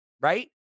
right